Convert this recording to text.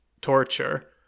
torture